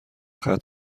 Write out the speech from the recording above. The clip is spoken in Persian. ختم